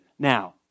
Now